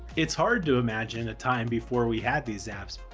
it's hard to imagine a time before we had these apps.